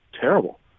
terrible